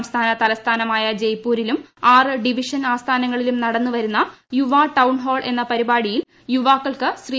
സംസ്ഥാന തലസ്ഥാനമായ ജയ്പൂരിലും ആറ് ഡിവിഷൻ ആസ്ഥാനങ്ങളിലും നടന്നു വരുന്ന യുവ ഠൌൺ ഹാൾ എന്ന പരിപാടിയിൽ യുവാക്കൾക്ക് ശ്രീ